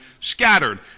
scattered